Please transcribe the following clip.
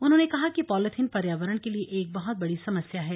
उन्होंने कहा कि पॉलिथीन पर्यावरण के लिए एक बहुत बड़ी समस्या है